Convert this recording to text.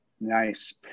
Nice